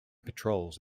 patrols